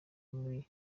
muri